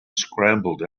scrambled